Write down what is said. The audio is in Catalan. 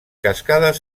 cascades